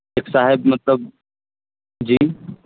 ایک صاحب مطلب جی